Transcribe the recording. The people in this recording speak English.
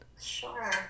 sure